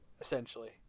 essentially